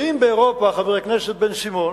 ואם באירופה, חבר הכנסת בן-סימון,